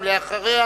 ואחריה,